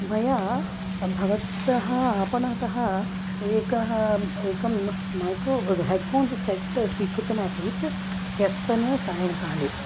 मया भवतः आपणतः एकः एकं मैक्रो हेड् फोन्स् सेट् स्वीकृतमासीत् ह्यस्तने सायङ्काले